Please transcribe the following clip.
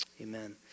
amen